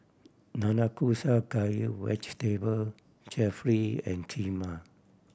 Nanakusa Gayu Vegetable Jalfrezi and Kheema